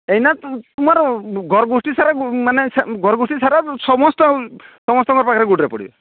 ଏଇନା ତୁ ତୁମର ଘର ଗୋଷ୍ଠି ସାରା ମାନେ ଘର ଗୋଷ୍ଠି ସାରା ସମସ୍ତେ ସମସ୍ତଙ୍କ ପାଖରେ ଗୋଡ଼ରେ ପଡ଼ିବେ